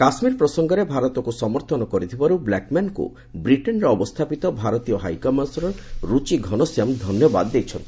କାଶ୍ମୀର ପ୍ରସଙ୍ଗରେ ଭାରତକୁ ସମର୍ଥନ କରିଥିବାରୁ ବ୍ଲାକ୍ମ୍ୟାନ୍ଙ୍କୁ ବ୍ରିଟେନରେ ଅବସ୍ଥାପିତ ଭାରତୀୟ ହାଇକମିଶନର ରୁଚି ଘନଶ୍ୟାମ ଧନ୍ୟବାଦ ଦେଇଛନ୍ତି